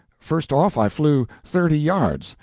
first off, i flew thirty yards,